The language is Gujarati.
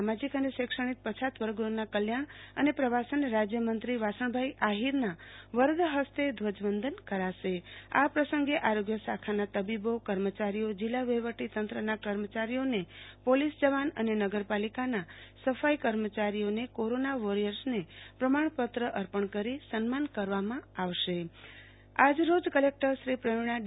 સામાજિક અને શૈક્ષણિક પછાત વર્ગોના કલ્યાણ અને પ્રવાસન રાજ્યમંત્રીશ્રી વાસણભાઇ આહિરના વરદ હસ્તે ધ્વજવંદન કરાશે આ પ્રસંગે આરોગ્ય શાખાના તબીબો કર્મચારીઓ જિલ્લા વફીવટી તંત્રના કર્મચારીઓને પોલીસ જવાન અને નગરપાલિકાના સફાઇ કર્મચારીઓ કોરોના વોરિયર્સને પ્રમાણપત્ર અર્પણ કરી સન્માન કરવામાં આવશે આજરોજ કલેકટરશ્રી પ્રવિણા ડી